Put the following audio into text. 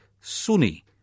Sunni